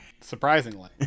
Surprisingly